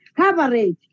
coverage